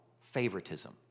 favoritism